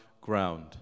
ground